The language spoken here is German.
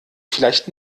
vielleicht